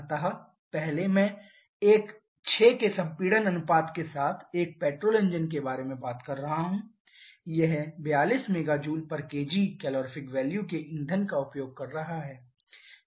अतः पहले मैं एक 6 के संपीड़न अनुपात के साथ एक पेट्रोल इंजन के बारे में बात कर रहा हूं यह 42 MJkg कैलोरीफिक वैल्यू के ईंधन का उपयोग कर रहा है